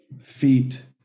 feet